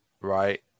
right